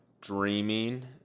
dreaming